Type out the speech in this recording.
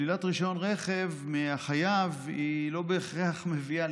שלילת רישיון רכב מהחייב לא בהכרח מביאה,